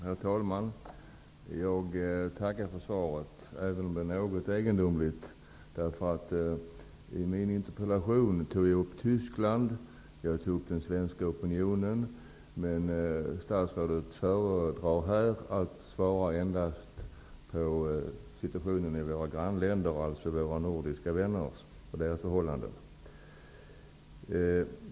Herr talman! Jag tackar för svaret, även om det var något egendomligt. I min interpellation tog jag upp Tyskland och den svenska opinionen, men statsrådet föredrar att kommentera situationen i våra nordiska grannländer.